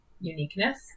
uniqueness